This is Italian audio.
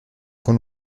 con